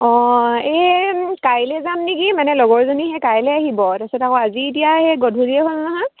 অঁ এই কাইলৈ যাম নেকি মানে লগৰজনী সেই কাইলৈ আহিব তাৰপিছত আকৌ আজি এতিয়া সেই গধূলিয়ে হ'ল নহয়